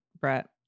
Brett